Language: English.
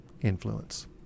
influence